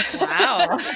Wow